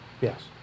Yes